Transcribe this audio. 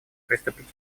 приступить